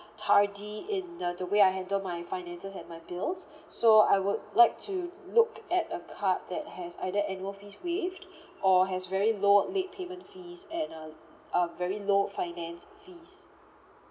tardy in uh the the way I handle my finances and my bills so I would like to look at a card that has either annual fees waived or has very low late payment fees and uh are very low finance fees